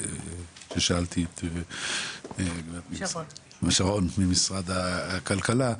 ששאלתי את שרון ממשרד הכלכלה,